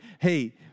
hey